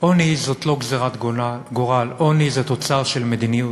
עוני זה לא גזירת גורל, עוני זה תוצר של מדיניות,